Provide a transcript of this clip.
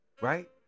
right